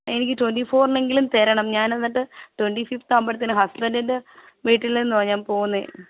എനിക്ക് ട്വന്റി ഫോറിനെങ്കിലും തരണം ഞാന് എന്നിട്ട് ട്വന്റി ഫിഫ്ത്ത് ആകുമ്പോഴത്തേന് ഹസ്ബന്ഡിന്റെ വീട്ടില് നിന്നുമാണ് ഞാന് പോകുന്നത്